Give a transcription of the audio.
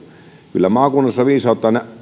kyllä maakunnassa